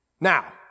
Now